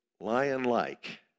lion-like